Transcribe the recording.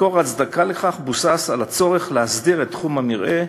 ההצדקה לכך בוססה על הצורך להסדיר את תחום המרעה,